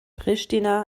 pristina